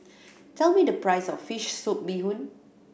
tell me the price of fish soup bee hoon